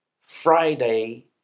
Friday